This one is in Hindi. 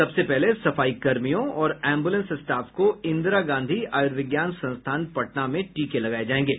सबसे पहले सफाईकर्मियों और एंबुलेंस स्टाफ को इंदिरा गांधी आयुर्विज्ञान संस्थान पटना में टीके लगाए जाएंगे